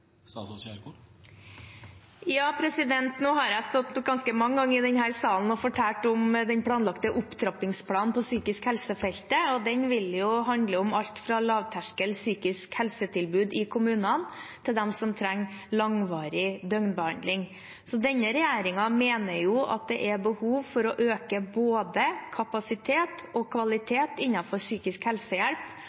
Nå har jeg stått ganske mange ganger i denne salen og fortalt om den planlagte opptrappingsplanen på psykisk helse-feltet, og den vil jo handle om alt fra lavterskel psykisk helsetilbud i kommunene til dem som trenger langvarig døgnbehandling. Så denne regjeringen mener jo at det er behov for å øke både kapasitet og kvalitet innenfor psykisk helsehjelp